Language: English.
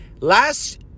Last